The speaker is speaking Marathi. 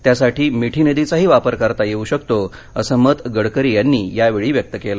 त्यासाठी मिठी नदीचाही वापर करता येऊ शकतो असं मत गडकरी यांनी यावेळी व्यक्त केलं